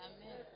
Amen